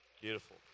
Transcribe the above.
beautiful